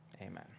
Amen